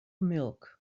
milk